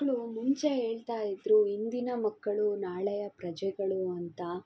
ಮಕ್ಕಳು ಮುಂಚೆ ಹೇಳ್ತಾ ಇದ್ದರು ಇಂದಿನ ಮಕ್ಕಳು ನಾಳೆಯ ಪ್ರಜೆಗಳು ಅಂತ